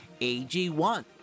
AG1